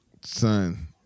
Son